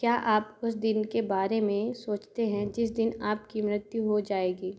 क्या आप उस दिन के बारे में सोचते हैं जिस दिन आपकी मृत्यु हो जाएगी